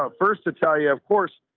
ah first italia, of course,